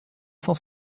cent